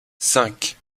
cinq